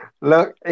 Look